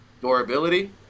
durability